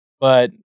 But-